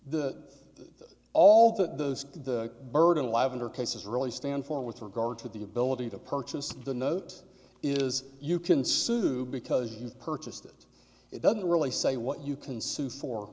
the all that those the bird alive under cases really stand for with regard to the ability to purchase the note is you consume because you purchased it it doesn't really say what you consume for